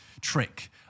trick